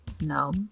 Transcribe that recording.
No